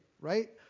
right